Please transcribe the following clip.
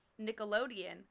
Nickelodeon